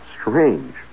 strange